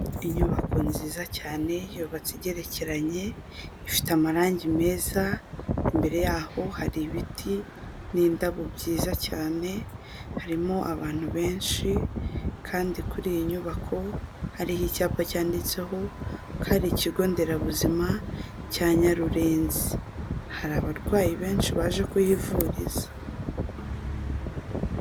Inyubako nziza cyane yubatse igerekeranye, ifite amarangi meza, imbere yaho hari ibiti n'indabo byiza cyane, harimo abantu benshi kandi kuri iyi nyubako hariho icyapa cyanditseho ko ari ikigo nderabuzima cya Nyarurenzi, hari abarwayi benshi baje kuhivuriza.